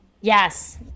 Yes